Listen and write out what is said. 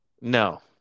No